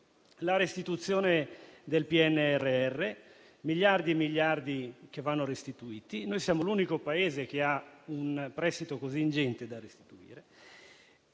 la restituzione del PNRR: miliardi e miliardi che vanno restituiti. Noi siamo l'unico Paese che ha un prestito così ingente da restituire.